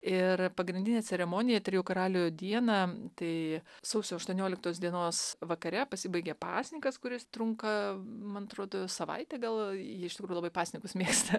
ir pagrindinė ceremonija trijų karalių dieną tai sausio aštuonioliktos dienos vakare pasibaigia pasninkas kuris trunka man atrodo savaitę gal jie iš tikro labai pasninkus mėgsta